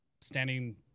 standing